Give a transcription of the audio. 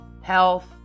health